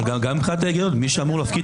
אבל גם מבחינת ההיגיון מי שאמור להפקיד